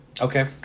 Okay